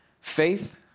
faith